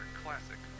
classic